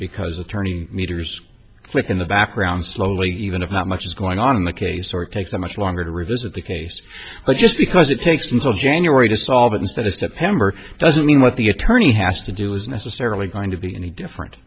because attorney meters slip in the background slowly even if not much is going on in the case or it takes a much longer to revisit the case but just because it takes until january to solve it instead of september doesn't mean what the attorney has to do is necessarily going to be any different